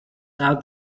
out